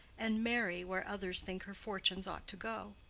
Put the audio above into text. and marry where others think her fortunes ought to go.